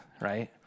right